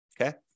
okay